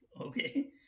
okay